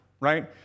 right